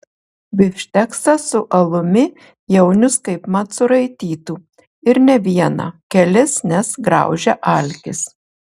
bifšteksą su alumi jaunius kaip mat suraitytų ir ne vieną kelis nes graužia alkis